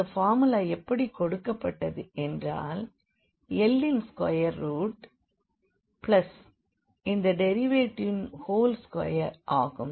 அந்த பார்முலா எப்படி கொடுக்கப்பட்டது என்றால் 1 ன் ஸ்கொயர் ரூட் இந்த டெரிவேடிவின் ஹோல் ஸ்கொயர் ஆகும்